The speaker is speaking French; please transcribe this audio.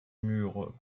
mur